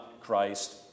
Christ